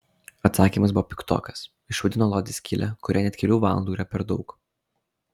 atsakymas buvo piktokas išvadino lodzę skyle kuriai net kelių valandų yra per daug